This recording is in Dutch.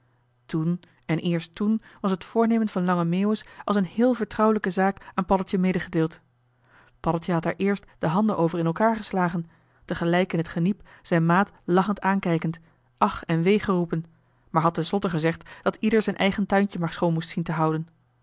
toen en eerst toen was het voornemen van lange meeuwis als een heel vertrouwelijke zaak aan paddeltje medegedeeld paddeltje had daar eerst de handen over in elkaar geslagen tegelijk in t geniep zijn maat lachend aankijkend ach en wee geroepen maar had ten slotte gezegd dat ieder zijn eigen tuintje maar schoon moest zien te houden